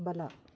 ಬಲ